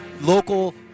Local